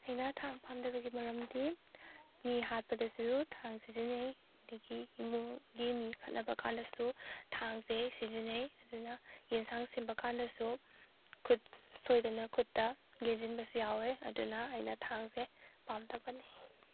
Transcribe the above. ꯑꯩꯅ ꯊꯥꯡ ꯄꯥꯝꯗꯕꯒꯤ ꯃꯔꯝꯗꯤ ꯃꯤ ꯍꯥꯠꯄꯗꯁꯨ ꯊꯥꯡ ꯁꯤꯖꯤꯟꯅꯩ ꯑꯗꯒꯤ ꯏꯃꯨꯡꯒꯤ ꯃꯤ ꯈꯠꯅꯕ ꯀꯥꯟꯗꯁꯨ ꯊꯥꯡꯁꯦ ꯁꯤꯖꯤꯟꯅꯩ ꯑꯗꯨꯅ ꯌꯦꯟꯁꯥꯡ ꯁꯦꯝꯕ ꯀꯥꯟꯗꯁꯨ ꯈꯨꯠ ꯁꯣꯏꯗꯅ ꯈꯨꯠꯇ ꯂꯦꯟꯁꯤꯟꯕꯁꯨ ꯌꯥꯎꯏ ꯑꯗꯨꯅ ꯑꯩꯅ ꯊꯥꯡꯁꯦ ꯄꯥꯝꯗꯕꯅꯤ